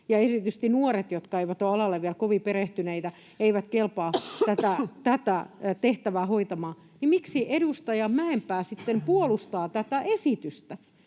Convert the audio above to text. erityisesti nuoret, jotka eivät ole alalle vielä kovin perehtyneitä, eivät kelpaa tätä tehtävää hoitamaan, niin miksi edustaja Mäenpää sitten puolustaa tätä esitystä.